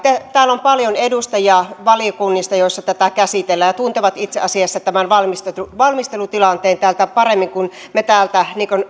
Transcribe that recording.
täällä on paljon edustajia valiokunnista joissa tätä käsitellään ja he tuntevat itse asiassa tämän valmistelutilanteen paremmin kuin me täältä